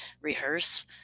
rehearse